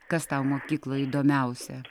kas tau mokykloj įdomiausia